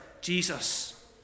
Jesus